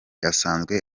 asanzwe